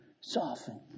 soften